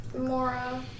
Mora